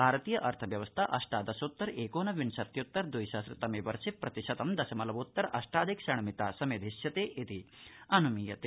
भारतीय अर्थव्यवस्था अष्टादशोत्तर एकोनविंशत्युत्तर द्वि सहस्रतमे वर्षे प्रतिशत दशमलवोत्तर अष्टाधिक षण्मिता समेधिष्यते इति अन्मीयते